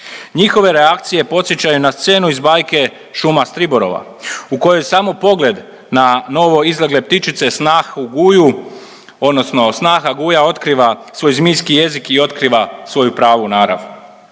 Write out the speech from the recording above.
Njihove reakcije podsjećaju na scenu iz bajke „Šuma Striborova“ u kojoj samo pogled na novo izlegle ptičice, snahu guju, odnosno snaga guja otkriva svoj zmijski jezik i otkriva svoju pravu narav.